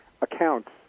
accounts